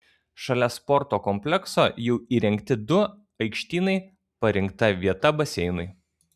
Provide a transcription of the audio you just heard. šalia sporto komplekso jau įrengti du aikštynai parinkta vieta baseinui